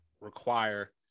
require